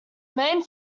main